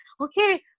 okay